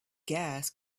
gas